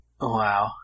wow